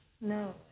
No